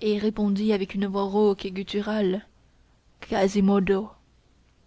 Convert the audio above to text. et répondit avec une